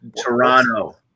Toronto